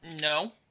No